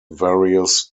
various